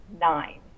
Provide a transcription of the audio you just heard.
nine